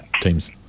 teams